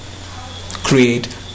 create